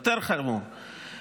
אנשים עם דם על הידיים.